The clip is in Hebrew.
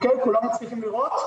כולם מצליחים לראות?